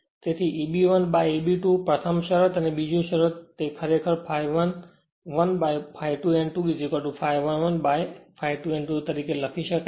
તેથી Eb 1 by Eb 2 પ્રથમ શરત અને બીજું શરત છે તે ખરેખર ∅1 1 by ∅2 n2 ∅1 1 by ∅2 n2 લખી શકાય છે